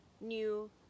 new